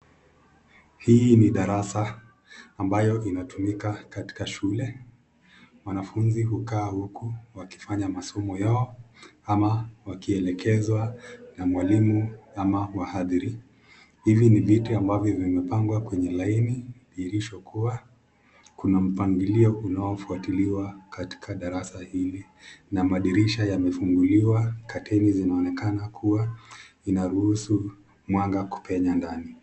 Hii ni darasa ambayo inatumika katika shule. Wanafunzi hukaa huku wakifanya masomo yao ama wakielekezwa na mwalimu ama wahadhiri. Hili ni viti ambavyo vimepangwa kwenye laini dhihirisho kuwa kuna mpangilio unaofuatiliwa katika darasa hili na madirisha yamefunguliwa kateini zinaonekana kuwa inaruhusu mwanga kupenya ndani.